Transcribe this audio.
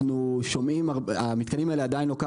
הם עדיין לא קמו,